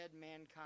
mankind